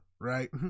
right